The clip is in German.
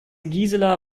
gisela